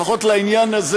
לפחות לעניין הזה,